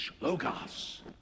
Logos